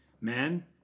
man